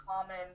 common